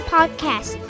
Podcast